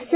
S